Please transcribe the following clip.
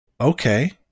Okay